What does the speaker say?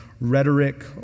rhetoric